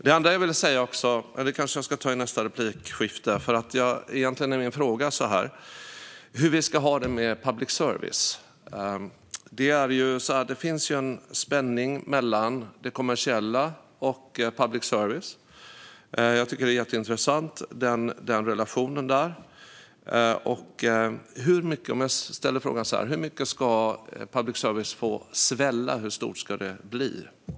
Det andra jag ville ta upp ska jag kanske ta i nästa replik, för egentligen var min fråga hur vi ska ha det med public service. Det finns ju en spänning mellan det kommersiella och public service. Jag tycker att den relationen är jätteintressant. Låt mig ställa frågan så här: Hur mycket ska public service få svälla? Hur stort ska det få bli?